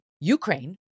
Ukraine